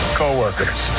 co-workers